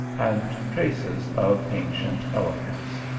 and traces of ancient elegance.